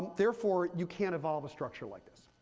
therefore, you can't evolve a structure like this.